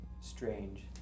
strange